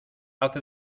hace